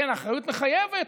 האחריות מחייבת,